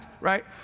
right